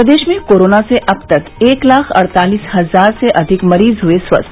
प्रदेश में कोरोना से अब तक एक लाख अड़तालिस हजार से अधिक मरीज हुए स्वस्थ